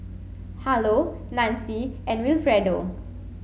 Harlow Nancie and Wilfredo